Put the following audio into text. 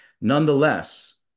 nonetheless